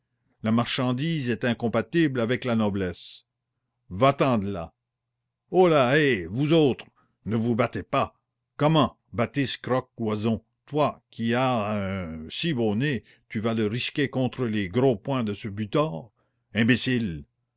la marchandise est incompatible avec la noblesse va-t'en de là holàhée vous autres ne vous battez pas comment baptiste croque oison toi qui as un si beau nez tu vas le risquer contre les gros poings de ce butor imbécile